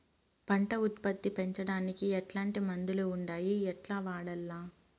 పంట ఉత్పత్తి పెంచడానికి ఎట్లాంటి మందులు ఉండాయి ఎట్లా వాడల్ల?